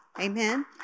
Amen